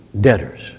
debtors